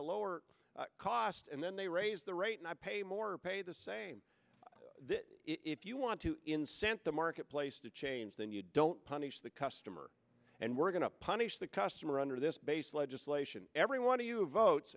a lower cost and then they raise the rate and i pay more or pay the same that if you want to incent the marketplace to change then you don't punish the customer and we're going to punish the customer under this base legislation every one